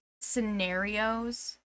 scenarios